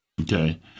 Okay